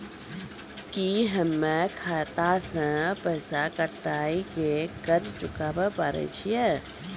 की हम्मय खाता से पैसा कटाई के कर्ज चुकाबै पारे छियै?